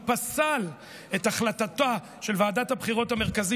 הוא פסל את החלטתה של ועדת הבחירות המרכזית,